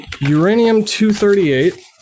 uranium-238